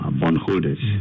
bondholders